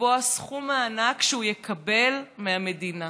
סכום מענק שהוא יקבל מהמדינה,